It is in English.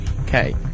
Okay